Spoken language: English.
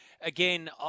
Again